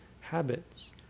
habits